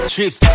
Trips